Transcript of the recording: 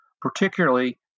particularly